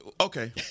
Okay